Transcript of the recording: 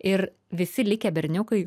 ir visi likę berniukai